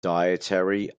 dietary